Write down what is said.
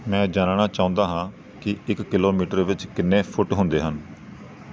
ਮੈਂ ਜਾਣਨਾ ਚਾਹੁੰਦਾ ਹਾਂ ਕਿ ਇੱਕ ਕਿਲੋਮੀਟਰ ਵਿੱਚ ਕਿੰਨੇ ਫੁੱਟ ਹੁੰਦੇ ਹਨ